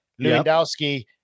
Lewandowski